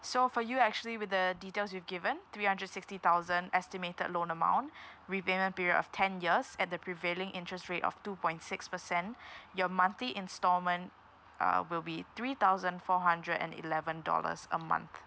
so for you actually with the details you've given three hundred sixty thousand estimated loan amount repayment period of ten years at the prevailing interest rate of two point six percent your monthly installment uh will be three thousand four hundred and eleven dollars a month